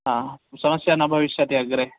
हा समस्या न भविष्यति अग्रे